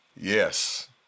Yes